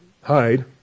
hide